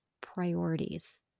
priorities